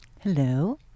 Hello